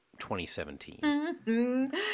2017